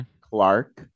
Clark